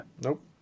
Nope